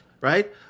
right